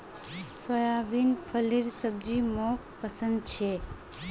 soybean फलीर सब्जी मोक पसंद छे